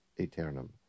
eternum